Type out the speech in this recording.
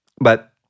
But-